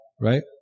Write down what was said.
right